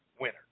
winner